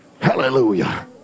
Hallelujah